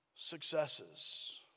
successes